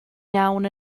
iawn